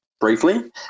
briefly